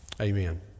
amen